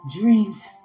dreams